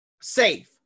safe